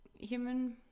human